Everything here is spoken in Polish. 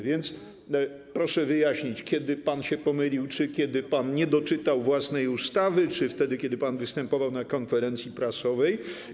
Więc proszę wyjaśnić, kiedy pan się pomylił: kiedy pan nie doczytał własnej ustawy, czy kiedy pan występował na konferencji prasowej.